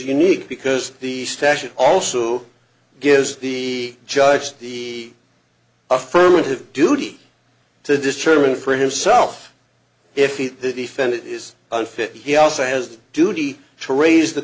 unique because the stache also gives the judge the affirmative duty to determine for himself if he the defendant is unfit he also has a duty to raise the